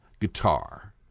guitar